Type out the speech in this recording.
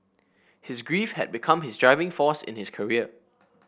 his grief had become his driving force in his career